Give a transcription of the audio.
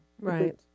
Right